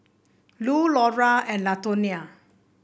Lu Laura and Latonia